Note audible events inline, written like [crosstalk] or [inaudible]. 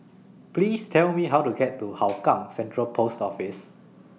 Please Tell Me How to get to [noise] Hougang Central Post Office